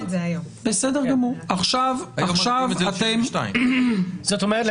זאת אומרת,